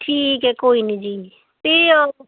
ਠੀਕ ਹੈ ਕੋਈ ਨਹੀਂ ਜੀ ਅਤੇ